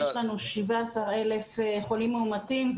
יש לנו 17,000 חולים מאומתים,